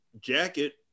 jacket